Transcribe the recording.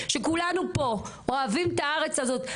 שכולנו פה אוהבים את הארץ הזאת,